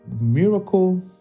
miracle